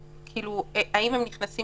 האם הם נכנסים